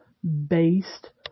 Based